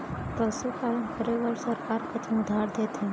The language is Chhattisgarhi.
पशुपालन करे बर सरकार कतना उधार देथे?